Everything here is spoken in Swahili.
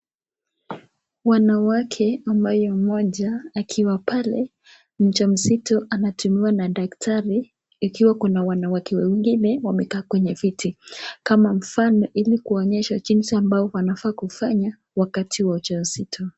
Wanawake ambaye mmoja akiwa pale mjamzito anatibiwa na daktari ikiwa kuna wanawake wengine wamekaa kwenye viti kama mfano ili kuonyesha jinsi ambavyo wanafanya wakati wa ujauzito.